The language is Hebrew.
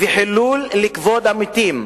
וחילול כבוד המתים.